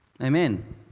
Amen